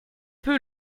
peu